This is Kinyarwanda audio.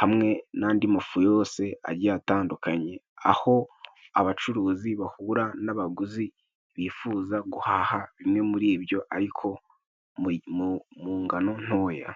hamwe n'andi mafu yose agiye atandukanye， aho abacuruzi bahura n'abaguzi bifuza guhaha bimwe muri byo ariko mu ngano ntoya.